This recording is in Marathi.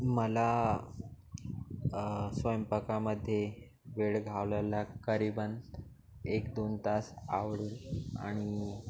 मला स्वयंपाकामध्ये वेळ घालवायला करीबन एक दोन तास आवडेल आणि